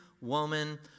woman